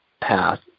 path